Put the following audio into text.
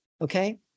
Okay